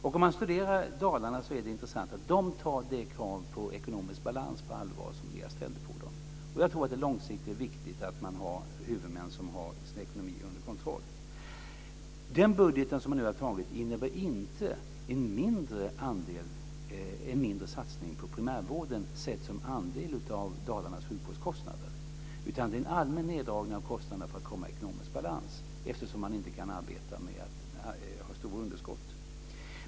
Om man studerar Dalarna är det intressant att de tar det krav på ekonomisk balans som vi har ställt på dem på allvar. Jag tror att det långsiktigt är viktigt att man har huvudmän som har sin ekonomi under kontroll. Den budget som nu har antagits innebär inte en mindre satsning på primärvården om man ser denna som andel av Dalarnas sjukvårdskostnader. Det är en allmän neddragning av kostnaderna för att komma i ekonomisk balans eftersom man inte kan arbeta med stora underskott.